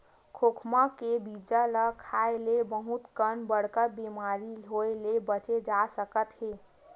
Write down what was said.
खोखमा के बीजा ल खाए ले बहुत कन बड़का बेमारी होए ले बाचे जा सकत हे